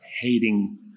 hating